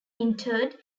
interred